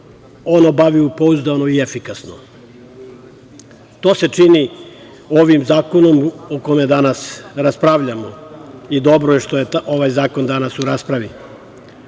obavi pouzdano i efikasno. To se čini ovim zakonom o kome danas raspravljamo i dobro je što je danas ovaj zakon u raspravi.U